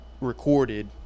recorded